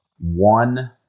one